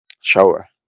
Shower